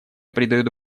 придает